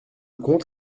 comte